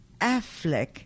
Affleck